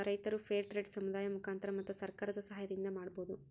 ರೈತರು fair trade ಸಮುದಾಯದ ಮುಖಾಂತರ ಮತ್ತು ಸರ್ಕಾರದ ಸಾಹಯದಿಂದ ಮಾಡ್ಬೋದು